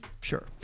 sure